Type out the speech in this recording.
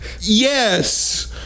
yes